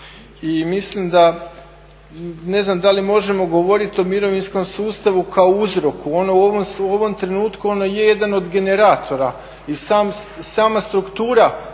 I mislim da, ne znam da li možemo govoriti o mirovinskom sustavu kao uzroku. Ono u ovom trenutku, ono je jedan od generatora i sama struktura